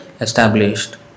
established